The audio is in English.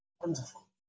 Wonderful